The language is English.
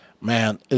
Man